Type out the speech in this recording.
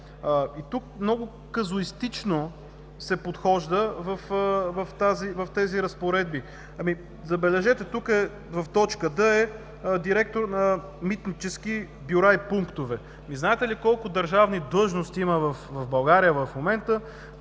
И тук много казуистично се подхожда в тези разпоредби. Забележете, тук в точка „д“ е „директор на митнически бюра и пунктове“. Знаете ли колко държавни длъжности има в България в момента,